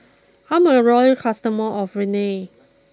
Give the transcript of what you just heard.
I'm a loyal customer of Rene